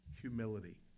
Humility